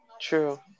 true